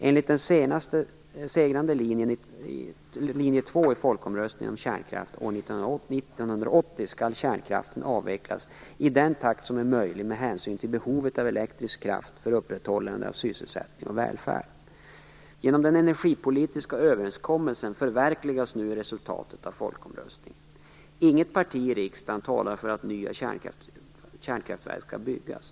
Enligt den segrande Linje 2 i folkomröstningen om kärnkraft år 1980 skall kärnkraften avvecklas i den takt som är möjlig med hänsyn till behovet av elektrisk kraft för upprätthållande av sysselsättning och välfärd. Genom den energipolitiska överenskommelsen förverkligas nu resultatet av folkomröstningen. Inget parti i riksdagen talar för att nya kärnkraftverk skall byggas.